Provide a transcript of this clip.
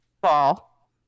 Ball